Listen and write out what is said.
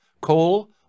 Coal